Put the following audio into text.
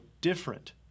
different